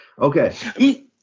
Okay